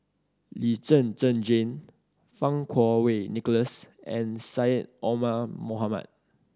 Lee Zhen Zhen Jane Fang Kuo Wei Nicholas and Syed Omar Mohamed